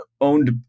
owned